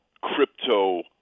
crypto